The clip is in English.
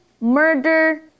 murder